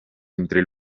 entre